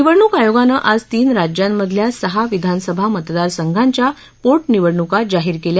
निवडणूक आयोगानं आज तीन राज्यामधल्या सहा विधानसभा मतदार संघांच्या पोटनिवडणुका जाहीर केल्या